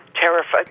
terrified